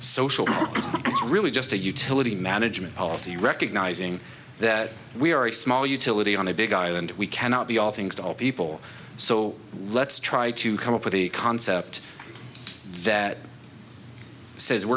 social really just a utility management policy recognizing that we are a small utility on the big island we cannot be all things to all people so let's try to come up with a concept that says we